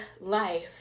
life